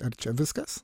ar čia viskas